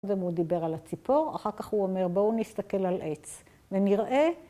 ואם הוא דיבר על הציפור, אחר כך הוא אומר בואו נסתכל על עץ ונראה.